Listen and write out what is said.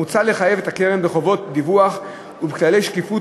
מוצע לחייב את הקרן בחובות דיווח ובכללי שקיפות